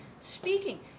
speaking